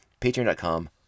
Patreon.com